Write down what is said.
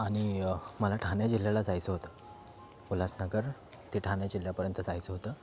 आणि ठाणे जिल्ह्याला जायचं होतं उल्हासनगर ते ठाणे जिल्ह्यापर्यंत जायचं होतं